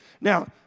Now